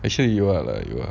actually you are like you are